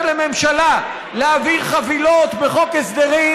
לממשלה להעביר חבילות בחוק הסדרים,